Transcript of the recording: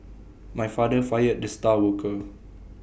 my father fired the star worker